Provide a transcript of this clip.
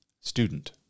student